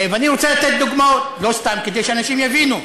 ואני רוצה לתת דוגמאות, לא סתם, כדי שאנשים יבינו.